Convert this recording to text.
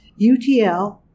UTL